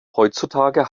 heutzutage